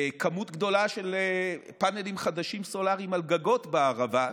כמות גדולה של פאנלים סולריים חדשים על גגות בערבה,